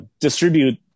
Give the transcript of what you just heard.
distribute